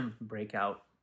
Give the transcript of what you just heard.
breakout